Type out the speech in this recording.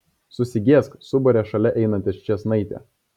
susigėsk subarė šalia einanti ščėsnaitė